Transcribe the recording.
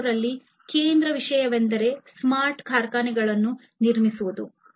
0 ರಲ್ಲಿ ಕೇಂದ್ರ ವಿಷಯವೆಂದರೆ ಸ್ಮಾರ್ಟ್ ಕಾರ್ಖಾನೆಗಳನ್ನು ನಿರ್ಮಿಸುವುದು